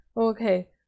Okay